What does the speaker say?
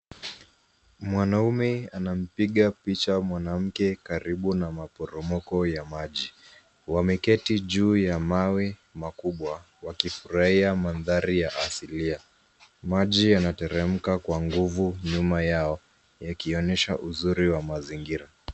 Mwanaume anampiga picha mwanamke karibu na maporomoko ya maji. Wameketi juu ya mawe makubwa wakifurahia mandhari ya aslilia. Maji yanateremka kwa nguvu nyuma yao yakionyesha uzuri wa mazingira.